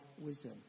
wisdom